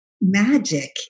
magic